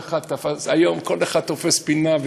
כיום כל אחד תופס פינה,